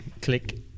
click